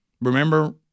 Remember